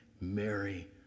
Mary